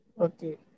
Okay